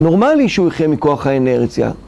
נורמלי שהוא יחיה מכוח האנרציה.